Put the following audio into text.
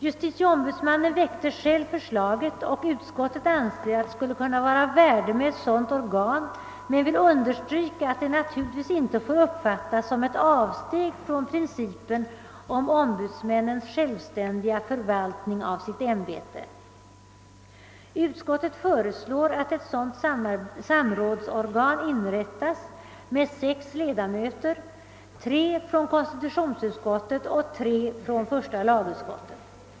Justitieombudsmannen väckte själv förslaget, och utskottet anser att det skulle kunna vara av värde att ha ett sådant organ men vill understryka, att det naturligtvis inte får uppfattas som ett avsteg från principen om ombudsmännens självständiga förvaltning av ämbetena. Utskottet föreslår att ett sådant samrådsorgan inrättas med sex ledamöter, tre från konstitutionsutskottet och tre från första lagutskottet.